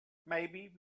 maybe